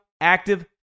active